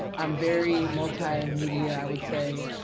i'm very multimedia, i would say.